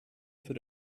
für